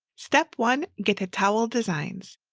step one, get the towel designs.